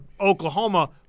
Oklahoma